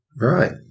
Right